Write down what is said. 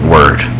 Word